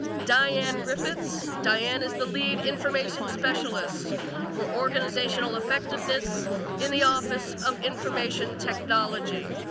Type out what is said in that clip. dianne griffiths. dianne is the lead information specialist for organizational effectiveness in the office of information technology.